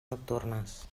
nocturnes